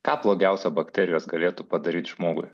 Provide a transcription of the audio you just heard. ką blogiausio bakterijos galėtų padaryt žmogui